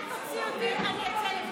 אל תוציא אותי, אני אצא לבד.